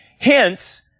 Hence